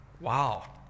Wow